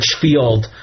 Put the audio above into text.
field